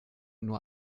nur